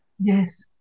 Yes